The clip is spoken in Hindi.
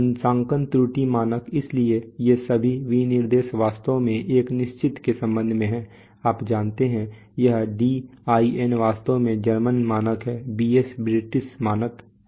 अंशांकन त्रुटि मानक इसलिए ये सभी विनिर्देश वास्तव में एक निश्चित के संबंध में हैं आप जानते हैं यह DIN वास्तव में जर्मन मानक है BS ब्रिटिश मानक है